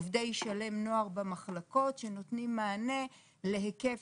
עובדי של"מ נוער במחלקות שנותנים מענה להיקף